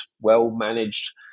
well-managed